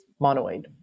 monoid